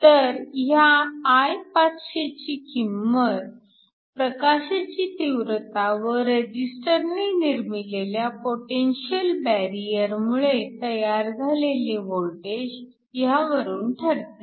तर ह्या I500 ची किंमत प्रकाशाची तीव्रता व रेजिस्टरने निर्मिलेल्या पोटेन्शिअल बॅरिअरमुळे तयार झालेले वोल्टेज ह्यांवरून ठरते